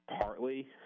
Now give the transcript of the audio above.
partly